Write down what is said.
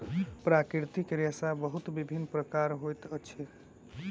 प्राकृतिक रेशा बहुत विभिन्न प्रकारक होइत अछि